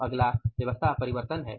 अब अगला व्यवस्था परिवर्तन है